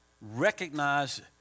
recognize